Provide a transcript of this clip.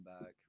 back